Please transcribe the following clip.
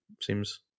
Seems